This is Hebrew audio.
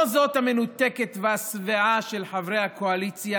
לא זאת המנותקת והשבעה של חברי הקואליציה,